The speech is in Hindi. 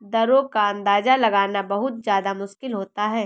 दरों का अंदाजा लगाना बहुत ज्यादा मुश्किल होता है